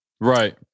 Right